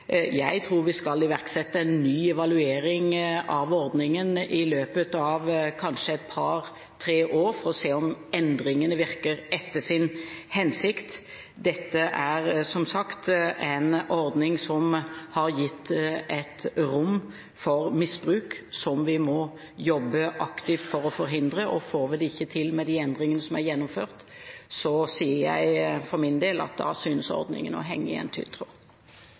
Jeg tror vi skal iverksette en ny evaluering av ordningen i løpet av et par–tre år for å se om endringene virker etter sin hensikt. Dette er, som sagt, en ordning som har gitt rom for misbruk, som vi må jobbe aktivt for å forhindre, og får vi det ikke til med de endringene som er gjennomført, sier jeg – for min del – at ordningen synes å henge i en